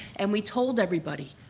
and we told everybody,